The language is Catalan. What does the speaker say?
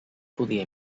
podia